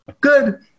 good